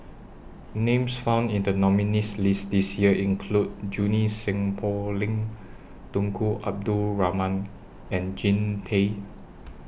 Names found in The nominees' list This Year include Junie Sng Poh Leng Tunku Abdul Rahman and Jean Tay